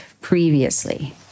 previously